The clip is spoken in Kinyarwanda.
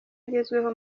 agezweho